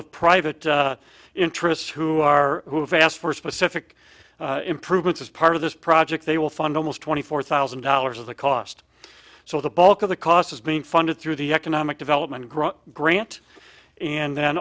of private interests who are who have asked for specific improvements as part of this project they will fund a most twenty four thousand dollars of the cost so the bulk of the cost is being funded through the economic development growth grant and then